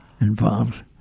involves